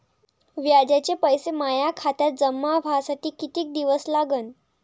व्याजाचे पैसे माया खात्यात जमा व्हासाठी कितीक दिवस लागन?